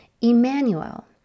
Emmanuel